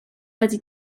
wedi